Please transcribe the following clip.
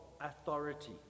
authority